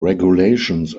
regulations